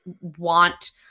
want